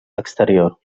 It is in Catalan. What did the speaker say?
exterior